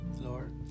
Lord